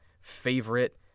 favorite